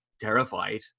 terrified